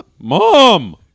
Mom